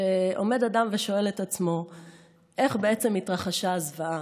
כשעומד אדם ושואל את עצמו איך בעצם התרחשה זוועה,